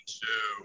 two